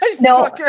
No